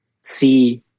see